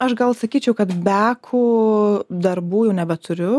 aš gal sakyčiau kad beku darbų jau nebeturiu